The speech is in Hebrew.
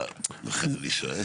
אנחנו עושים היום,